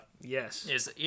Yes